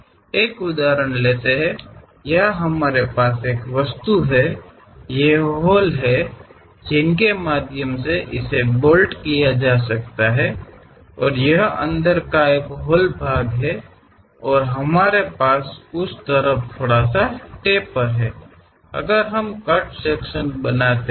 ನಾವು ಒಂದು ಉದಾಹರಣೆಯನ್ನು ತೆಗೆದುಕೊಳ್ಳೋಣ ಇಲ್ಲಿ ನಮಗೆ ವಸ್ತು ಇದೆ ಇವುಗಳು ಬೋಲ್ಟ್ ಮಾಡಬಹುದಾದ ರಂಧ್ರಗಳಾಗಿವೆ ಮತ್ತು ಇದು ಒಳಗೆ ಒಂದು ಮೊನಚಾದ ಭಾಗವಾಗಿದೆ ಮತ್ತು ನಾವು ಆ ಬದಿಯಲ್ಲಿ ಸ್ವಲ್ಪ ಮಟ್ಟಿಗೆ ಇರುತ್ತೇವೆ